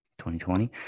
2020